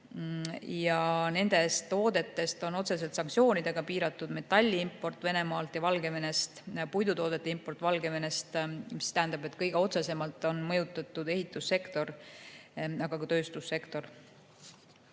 Nendest toodetest on otseselt sanktsioonidega piiratud metalliimport Venemaalt ja Valgevenest ning puidutoodete import Valgevenest. See tähendab, et kõige otsesemalt on mõjutatud ehitussektor, aga ka tööstussektor.